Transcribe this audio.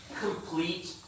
complete